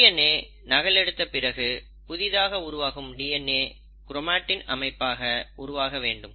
DNA நகலெடுத்து பிறகு புதிதாக உருவாகும் டிஎன்ஏ க்ரோமாட்டின் அமைப்பாக உருவாக வேண்டும்